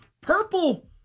Purple